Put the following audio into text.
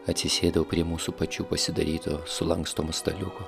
atsisėdau prie mūsų pačių pasidaryto sulankstomo staliuko